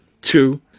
Two